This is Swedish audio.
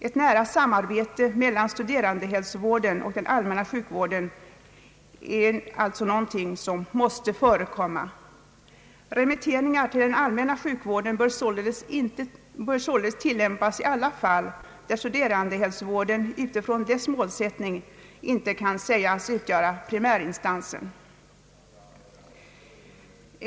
Ett nära samarbete mellan studerandehälsovården och den allmänna hälsovården måste förekomma. Remitteringar till den allmänna sjukvården bör således tillämpas i alla de fall där studerandehälsovården utifrån dess målsättning inte kan sägas utgöra primärinstansen.